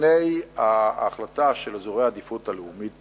לפני ההחלטה של אזורי העדיפות הלאומית